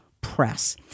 press